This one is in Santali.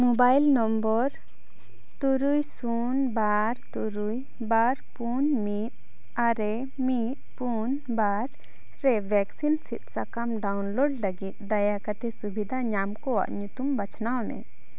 ᱢᱳᱵᱟᱭᱤᱞ ᱱᱚᱢᱵᱚᱨ ᱛᱩᱨᱩᱭ ᱥᱩᱱ ᱵᱟᱨ ᱛᱩᱨᱩᱭ ᱵᱟᱨ ᱯᱩᱱ ᱢᱤᱫ ᱟᱨᱮ ᱢᱤᱫ ᱯᱩᱱ ᱵᱟᱨ ᱨᱮ ᱵᱷᱮᱠᱥᱤᱱ ᱥᱤᱫᱽ ᱥᱟᱠᱟᱢ ᱰᱟᱣᱩᱱᱞᱳᱰ ᱞᱟᱹᱜᱤᱫ ᱫᱟᱭᱟ ᱠᱟᱛᱮ ᱥᱩᱵᱤᱫᱷᱟ ᱧᱟᱢ ᱠᱚᱣᱟᱜ ᱧᱩᱛᱩᱢ ᱵᱟᱪᱷᱱᱟᱣ ᱢᱮ